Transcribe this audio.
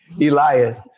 Elias